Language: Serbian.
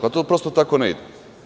Pa, to prosto tako ne ide.